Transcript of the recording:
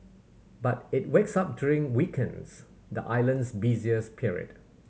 but it wakes up during weekends the island's busiest period